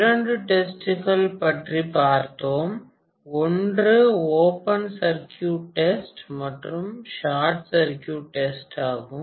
இரண்டு டெஸ்டுகள் பற்றி பார்த்தோம் ஒன்று ஓபன் சர்குய்ட் டெஸ்ட் மற்றும் ஷார்ட் சர்குய்ட் டெஸ்ட் ஆகும்